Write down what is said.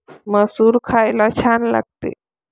मसूर खायला छान लागते